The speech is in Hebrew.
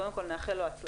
קודם כל נאחל לו בהצלחה,